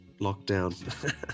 lockdown